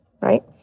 Right